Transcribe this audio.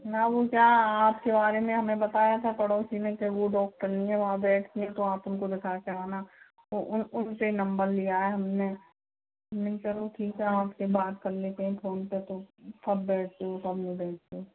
ना वो क्या आपके बारे में हमें बताया था पड़ोसी ने के वो डॉक्टरनी है वहाँ बैठती है तो आप उनको दिखाकर आना वो उनसे ही नंबर लिया है हमने नहीं चलो ठीक है हम आपसे बात कर लेते हैं फोन पे तो कब बैठते हो कब नहीं बैठेते हो